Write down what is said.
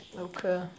Okay